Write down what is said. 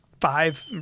five